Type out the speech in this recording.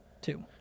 Two